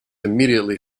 immediately